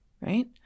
right